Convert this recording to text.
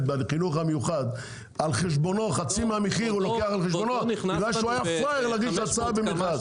מהחינוך המיוחד בגלל שהוא היה פראייר להגיש הצעה במכרז.